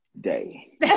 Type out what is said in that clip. day